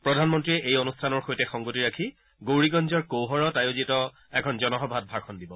প্ৰধানমন্ত্ৰীয়ে এই অনুষ্ঠানৰ সৈতে সংগতি ৰাখি গৌৰীগঞ্জৰ কৌহৰত আয়োজিত এখন জনসভাত ভাষণ দিব